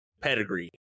pedigree